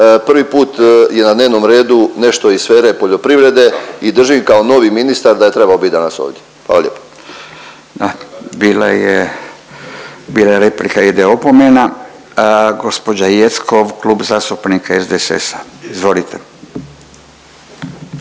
prvi put je na dnevnom redu nešto iz sfere poljoprivrede i držim kao novi ministar da je trebao bit danas ovdje, hvala lijepo. **Radin, Furio (Nezavisni)** Bila je, bila replika, ide opomena. Gđa. Jeckov, Klub zastupnika SDSS-a, izvolite.